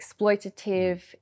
exploitative